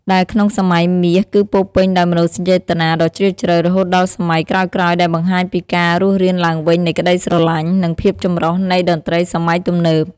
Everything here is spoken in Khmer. ដែលក្នុងសម័យមាសគឺពោរពេញដោយមនោសញ្ចេតនាដ៏ជ្រាលជ្រៅ រហូតដល់សម័យក្រោយៗដែលបង្ហាញពីការរស់រានឡើងវិញនៃក្តីស្រឡាញ់ និងភាពចម្រុះនៃតន្ត្រីសម័យទំនើប។